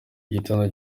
gitondo